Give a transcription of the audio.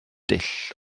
dull